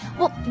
well,